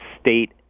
state